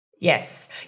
Yes